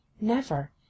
Never